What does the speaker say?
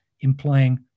implying